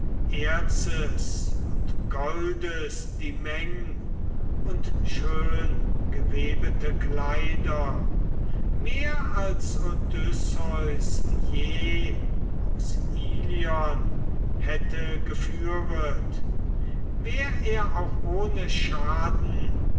erzes und goldes die meng und schöngewebete kleider mehr als odysseus je aus ilion hätte geführet wär er auch ohne schaden